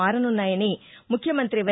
మారనున్నాయని ముఖ్యమంతి వై